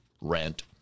rent